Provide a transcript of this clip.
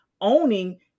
owning